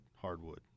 Hardwood